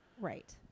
Right